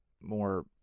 more